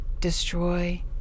destroy